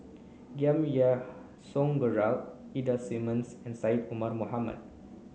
Giam Yean Song Gerald Ida Simmons and Syed Omar Mohamed